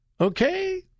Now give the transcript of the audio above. okay